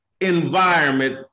environment